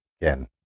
again